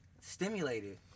stimulated